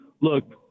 look